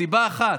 סיבה אחת: